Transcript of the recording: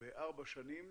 בארבע שנים,